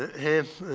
have